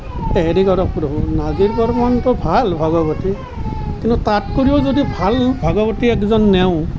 এই হেৰি কৰক নাজিৰ বৰ্মনটো ভাল ভাগৱতী কিন্তু তাতকৈ যদি ভাল ভাগৱতী এজন নিওঁ